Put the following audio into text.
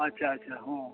ᱟᱪᱪᱷᱟ ᱟᱪᱪᱷᱟ ᱦᱚᱸ